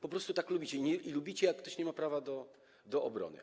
Po prostu tak lubicie i lubicie, jak ktoś nie ma prawa do obrony.